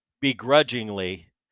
begrudgingly